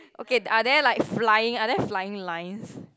okay are there like flying are there flying lines